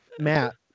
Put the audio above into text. Matt